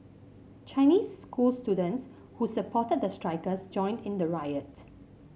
Chinese school students who supported the strikers joined in the riot